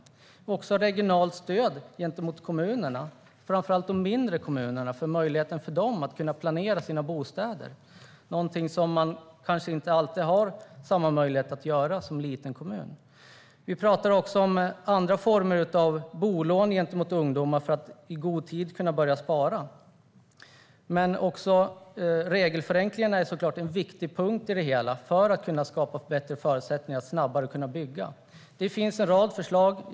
Det handlar också om regionalt stöd gentemot kommunerna, framför allt de mindre, för att ge dem möjlighet att planera sina bostäder. Det är någonting man som liten kommun kanske inte alltid har samma möjlighet att göra. Vi talar även om andra former av bolån gentemot ungdomar för att de ska kunna börja spara i god tid. Också regelförenklingarna är såklart en viktig punkt i det hela när det gäller att skapa bättre förutsättningar att snabbare kunna bygga. Det finns alltså en rad förslag.